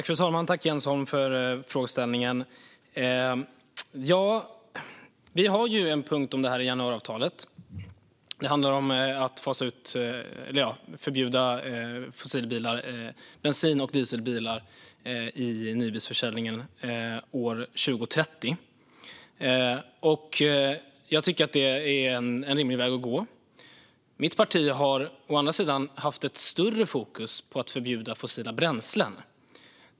Fru talman! Tack, Jens Holm, för frågan! Vi har en punkt om det här i januariavtalet. Den handlar om att förbjuda bensin och dieselbilar i nybilsförsäljningen 2030. Jag tycker att det är en rimlig väg att gå. Men mitt parti har haft ett större fokus på att förbjuda fossila bränslen.